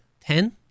ten